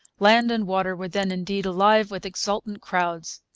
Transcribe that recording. land and water were then indeed alive with exultant crowds.